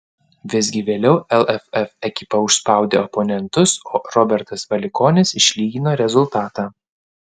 visgi vėliau lff ekipa užspaudė oponentus o robertas valikonis išlygino rezultatą